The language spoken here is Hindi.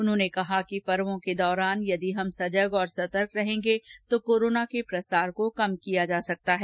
उन्होंने कहा कि पर्वों के दौरान के यदि हम सजग और सतर्क रहेंगे तो कोरोना के प्रसार को कम किया जा सकता है